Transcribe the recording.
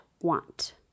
want